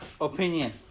opinion